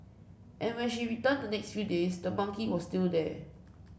and when she returned the next few days the monkey was still there